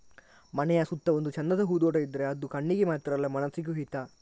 ಮನೆಯ ಸುತ್ತ ಒಂದು ಚಂದದ ಹೂದೋಟ ಇದ್ರೆ ಅದು ಕಣ್ಣಿಗೆ ಮಾತ್ರ ಅಲ್ಲ ಮನಸಿಗೂ ಹಿತ